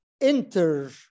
Enter